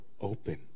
open